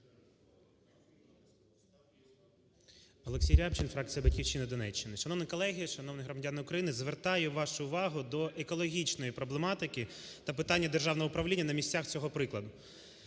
Олексій Рябчин, фракція "Батьківщина", Донеччина. Шановні колеги, шановні громадяни України! Звертаю вашу увагу до екологічної проблематики та питання державного управління на місцях, цього прикладу.